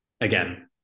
again